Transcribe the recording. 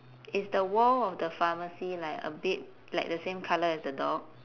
is the wall of the pharmacy like a bit like the same colour as the door